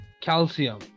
calcium